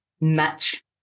match